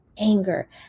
anger